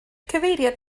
cyfeiriad